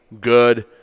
good